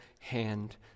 hand